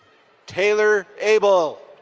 taylor able.